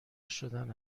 شدن